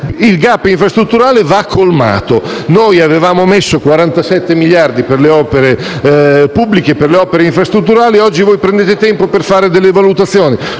il *gap* infrastrutturale che va colmato. Noi avevamo previsto 47 miliardi di euro per le opere pubbliche e infrastrutturali: oggi voi prendete tempo per fare delle valutazioni.